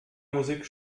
musik